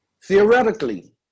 Theoretically